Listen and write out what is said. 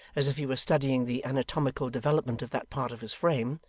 as if he were studying the anatomical development of that part of his frame,